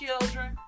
children